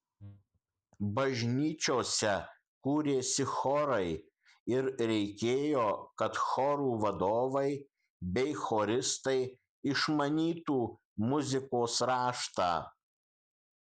bažnyčiose kūrėsi chorai ir reikėjo kad chorų vadovai bei choristai išmanytų muzikos raštą